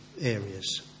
areas